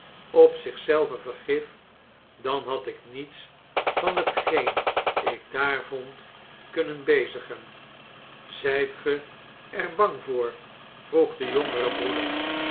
op zich zelve vergif dan had ik niets van hetgeen ik daar vond kunnen bezigen zijt ge er bang voor vroeg de jongere broeder